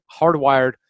hardwired